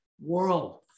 world